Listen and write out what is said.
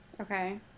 okay